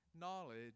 Knowledge